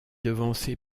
devancé